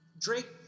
Drake